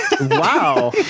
Wow